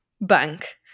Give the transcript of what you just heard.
bank